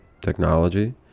Technology